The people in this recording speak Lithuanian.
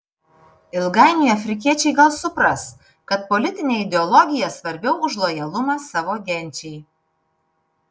ilgainiui afrikiečiai gal supras kad politinė ideologija svarbiau už lojalumą savo genčiai